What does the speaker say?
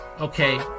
okay